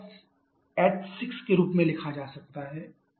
अब h6 के रूप में लिखा जा सकता है h6hf